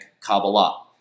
kabbalah